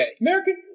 American